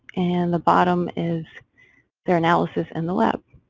and the bottom is their analysis and the lab.